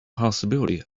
possibility